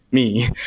me.